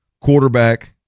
quarterback